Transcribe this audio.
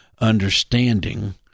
understanding